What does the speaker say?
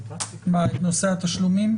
את נושא התשלומים?